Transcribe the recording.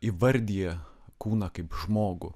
įvardija kūną kaip žmogų